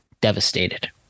devastated